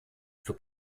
für